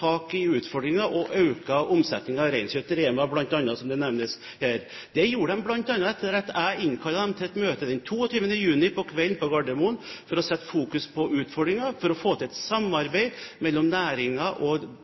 i utfordringen og økt omsetningen av reinkjøtt, bl.a. REMA 1000, som nevnes her. Det gjorde de bl.a. etter at jeg innkalte dem til et møte den 22. juni om kvelden på Gardermoen, for å sette fokus på utfordringene, og for å få til et samarbeid mellom næringen og